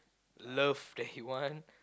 love that he want